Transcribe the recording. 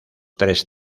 tres